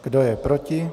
Kdo je proti?